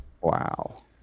Wow